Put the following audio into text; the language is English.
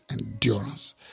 endurance